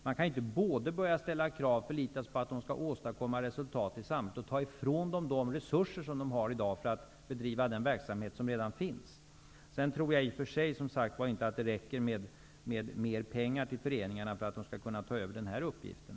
Man kan inte både börja ställa krav och förlita sig på att de skall åstadkomma resultat i samhället och samtidigt ta ifrån dem de resurser som de i dag har för att bedriva den verksamhet som redan finns. Jag tror inte att det räcker med mer pengar till föreningarna för att de skall kunna ta över den här uppgiften.